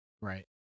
Right